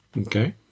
Okay